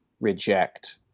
reject